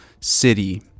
city